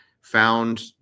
found